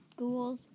ghouls